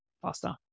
faster